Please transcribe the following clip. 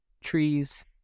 trees